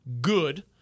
good